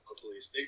police